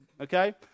okay